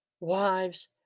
Wives